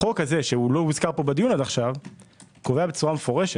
החוק הזה שלא הוזכר בדיון עד כה קובע מפורשות,